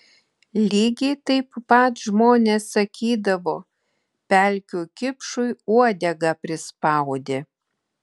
lygiai taip pat žmonės sakydavo pelkių kipšui uodegą prispaudė